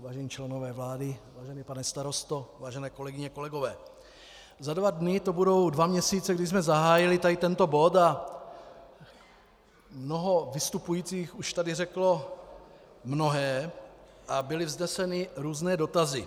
Vážení členové vlády, vážený pane starosto, vážené kolegyně, kolegové, za dva dny to budou dva měsíce, kdy jsme zahájili tento bod, a mnoho vystupujících už tady řeklo mnohé a byly vzneseny různé dotazy.